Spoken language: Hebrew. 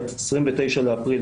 ב-29 באפריל,